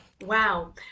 wow